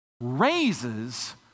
raises